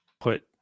put